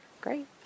great